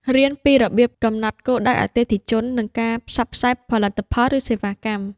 រៀនពីរបៀបកំណត់គោលដៅអតិថិជន និងការផ្សព្វផ្សាយផលិតផលឬសេវាកម្ម។